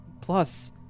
Plus